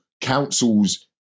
council's